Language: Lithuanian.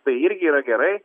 tai irgi yra gerai